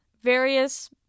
various